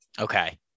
Okay